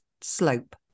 slope